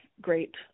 great